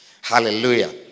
Hallelujah